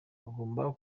agomba